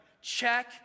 Check